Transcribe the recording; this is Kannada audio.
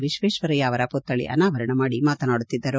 ವಿಶ್ವೇಶ್ವರಯ್ಕ ಅವರ ಮಕ್ಕಳಿ ಅನಾವರಣ ಮಾಡಿ ಮಾತನಾಡುತ್ತಿದ್ದರು